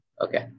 Okay